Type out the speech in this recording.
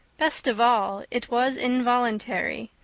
best of all, it was involuntary,